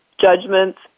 judgments